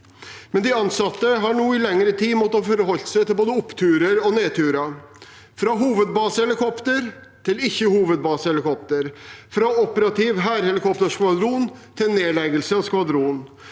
men de ansatte har i lengre tid måtte forholde seg til både oppturer og nedturer: fra hovedbasehelikopter til ikke-hovedbasehelikopter, fra operativ hærhelikopterskvadron til nedleggelse av skvadronen,